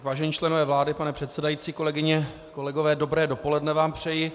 Vážení členové vlády, pane předsedající, kolegyně, kolegové, dobré dopoledne vám přeji.